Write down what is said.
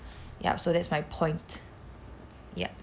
yup so that's my point yup